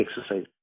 exercise